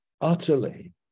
utterly